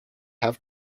have